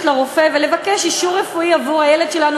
לרופא ולבקש אישור רפואי עבור הילד שלנו,